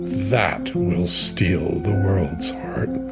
that will steal the world's heart.